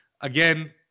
Again